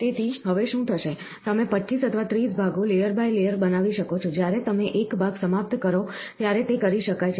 તેથી હવે શું થશે તમે 25 અથવા 30 ભાગો લેયર બાય લેયર બનાવી શકો છો જ્યારે તમે એક ભાગ સમાપ્ત કરો ત્યારે તે કરી શકાય છે